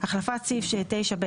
החלפת סעיף 9ב,